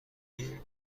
این